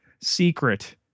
secret